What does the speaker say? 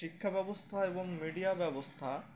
শিক্ষা ব্যবস্থা এবং মিডিয়া ব্যবস্থা